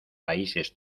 países